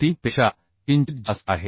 03 पेक्षा किंचित जास्त आहे